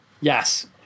yes